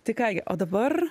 tai ką gi o dabar